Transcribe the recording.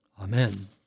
Amen